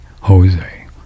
Jose